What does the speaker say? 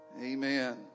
Amen